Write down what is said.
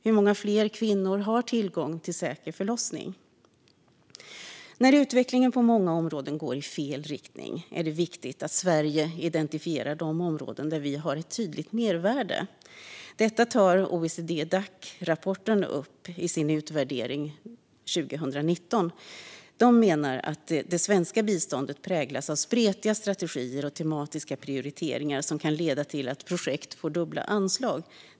Hur många fler kvinnor har tillgång till säkra förlossningar? När utvecklingen på många områden går i fel riktning är det viktigt att Sverige identifierar de områden där vi har ett tydligt mervärde. Detta tar OECD-Dac upp i sin utvärdering 2019. Man menar att det svenska biståndet präglas av spretiga strategier och tematiska prioriteringar som kan leda till att projekt får dubbla anslag.